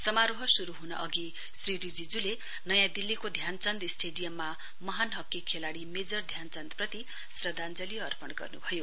समारोह श्रु हुन् अधि श्री रिजीज्ले नयाँ दिल्लीको ध्यानचन्द स्टेडियममा महान हकी खेलाड़ी मेजर ध्यानचन्दप्रति श्रध्दाञ्जली अर्पण गर्नुभयो